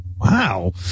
wow